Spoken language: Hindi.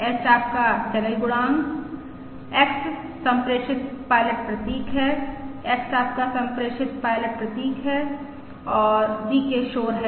H आपका चैनल गुणांक X सम्प्रेषित पायलट प्रतीक है X आपका सम्प्रेषित पायलट प्रतीक है और VK शोर है